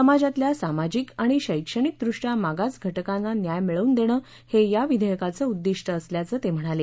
समाजातल्या सामाजिक आणि शैक्षणिकदृष्ट्या मागास घटकांना न्याय मिळवून देणं हे या विधेयकाचं उद्दीष्ट असल्याचं ते म्हणाले